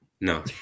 No